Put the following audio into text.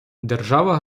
держава